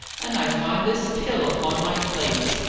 and i find this pill upon my plate!